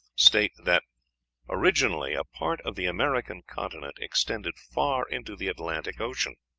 state that originally a part of the american continent extended far into the atlantic ocean.